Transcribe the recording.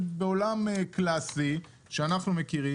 בעולם קלאסי שאנחנו מכירים,